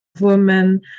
women